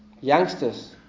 youngsters